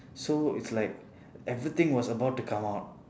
so it's like everything was about to come out